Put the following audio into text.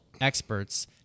experts